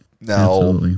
Now